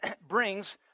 brings